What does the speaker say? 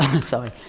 sorry